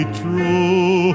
true